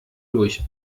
durch